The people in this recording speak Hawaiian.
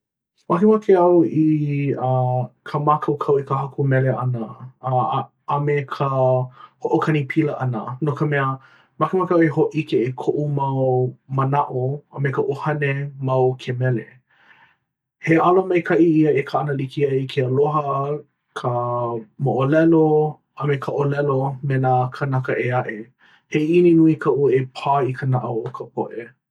Makemake au i uh ka mākaukau i ka haku mele ʻana uh a me ka hoʻokani pila ʻana. No ka mea, makemake au e hōʻike i koʻu mau manaʻo a me ka ʻuhane ma o ke mele. He ala maikaʻi ia e kaʻana like ai ke aloha, ka moʻolelo, a me ka ʻōlelo me nā kānaka ʻē aʻe. He ʻiʻini nui kaʻu e pā i ka naʻau o ka poʻe.